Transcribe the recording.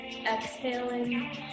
exhaling